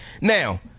Now